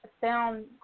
sound